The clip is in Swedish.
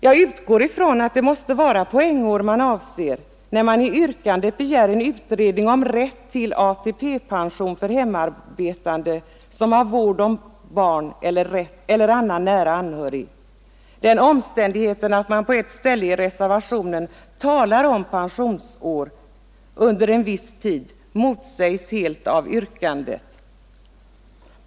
Jag utgår ifrån att det måste vara poängår man avser, när man i yrkandet begär en utredning om rätt till ATP-pension för hemmavarande som har vård om barn eller annan nära anhörig. Den omständigheten att man på ett ställe i reservationen talar om pensionsår under en viss tid motsägs helt av yrkandet.